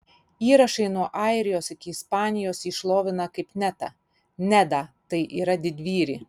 įrašai nuo airijos iki ispanijos jį šlovina kaip netą nedą tai yra didvyrį